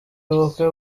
ubuke